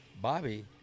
Bobby